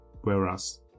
whereas